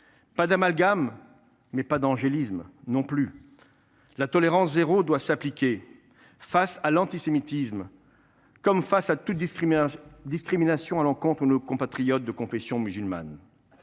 Pas d’amalgame, mais pas d’angélisme non plus : la tolérance zéro doit s’appliquer face à l’antisémitisme comme face à toute discrimination à l’encontre de nos compatriotes de confession musulmane.